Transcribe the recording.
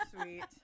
sweet